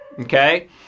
Okay